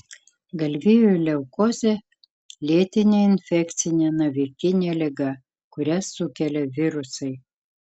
galvijų leukozė lėtinė infekcinė navikinė liga kurią sukelia virusai